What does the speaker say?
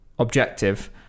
Objective